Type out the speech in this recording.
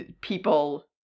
people